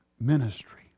ministry